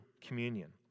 communion